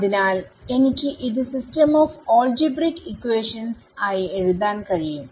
അതിനാൽ എനിക്ക് ഇത് സിസ്റ്റം ഓഫ് ആൾജിബ്രിക് ഇക്വേഷൻസ് ആയി എഴുതാൻ കഴിയും